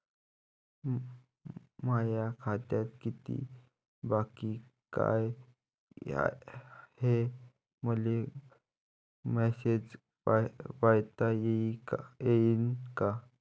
माया खात्यात कितीक बाकी हाय, हे मले मेसेजन पायता येईन का?